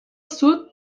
sud